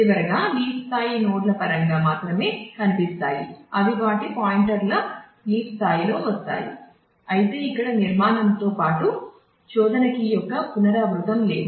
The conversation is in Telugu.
చివరగా లీఫ్ స్థాయిలో వస్తాయి అయితే ఇక్కడ నిర్మాణంతో పాటు శోధన కీ యొక్క పునరావృతం లేదు